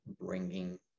bringing